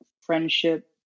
friendship